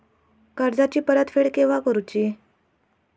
कर्जाची परत फेड केव्हा करुची?